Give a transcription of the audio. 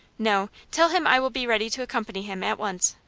no. tell him i will be ready to accompany him at once.